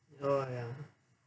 oh ya